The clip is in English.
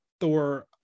Thor